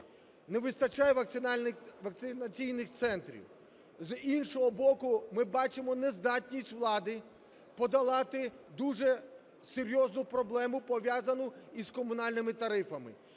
Не вистачає вакцинальних центрів. З іншого боку, ми бачимо нездатність влади подолати дуже серйозну проблему, пов'язану із комунальними тарифами.